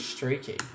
Streaky